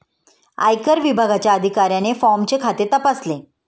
आयकर विभागाच्या अधिकाऱ्याने फॉर्मचे खाते तपासले